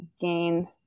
gain